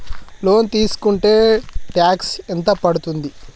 Loan తీస్కుంటే tax ఎంత పడ్తుంది?